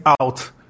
out